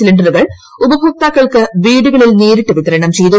സിലി റുകൾ ഉപഭോക്താക്കൾക്ക് വീടുകളിൽ നേരിട്ട് വിതരണം ചെയ്തു